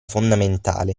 fondamentale